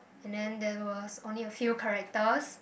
and then there was only a few characters